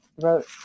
wrote